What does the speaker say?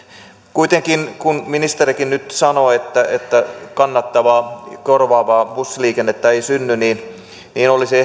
kuitenkin kun ministerikin nyt sanoo että että kannattavaa korvaavaa bussiliikennettä ei synny niin olisi